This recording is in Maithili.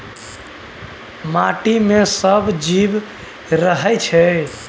माटि मे सब जीब रहय छै